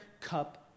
cup